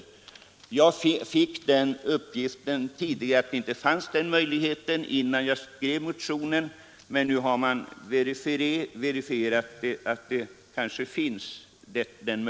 Innan jag skrev motionen fick jag uppgiften att den möjligheten inte fanns. Nu har det verifierats att den kanske finns.